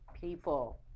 people